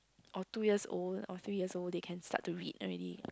or two years old or three years old they can start to read already